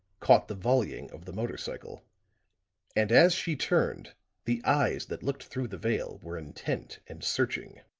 caught the volleying of the motor cycle and as she turned the eyes that looked through the veil were intent and searching.